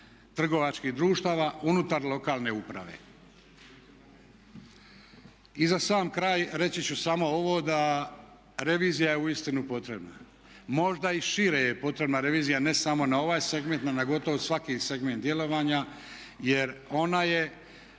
trgovačkih društava unutar lokalne uprave. I za sam kraj, reći ću samo ovo da, revizija je uistinu potrebna. Možda i šire je potrebna revizija, ne samo na ovaj segment nego na gotovo svaki segment djelovanja jer ona je